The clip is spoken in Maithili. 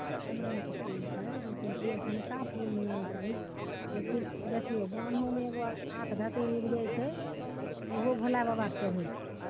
सब रङ्गके फूल छै जैसन की ऐसनका फूल चाही जे कि देखियौ बान्होमे एगो आक धतुर उपजै छै उहो भोला बबा के चढ़ै छै